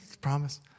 promise